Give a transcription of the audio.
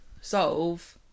solve